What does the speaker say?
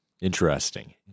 Interesting